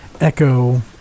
echo